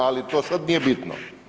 Ali to sad nije bitno.